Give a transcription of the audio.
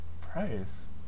price